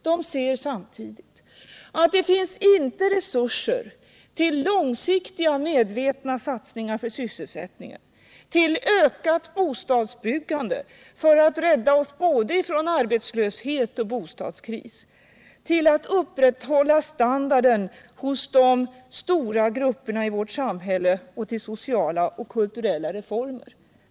De ser samtidigt att det inte finns resurser till långsiktiga, medvetna satsningar för sysselsättningen, för ett ökat bostadsbyggande för att rädda oss från både arbetslöshet och bostadskris, för att upprätthålla standarden hos de stora grupperna i vårt samhälle och för sociala och kulturella reformer.